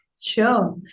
Sure